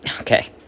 okay